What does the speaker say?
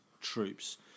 troops